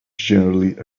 generally